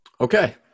Okay